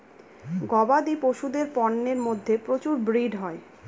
গবাদি পশুদের পন্যের মধ্যে প্রচুর ব্রিড হয়